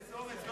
איזה אומץ?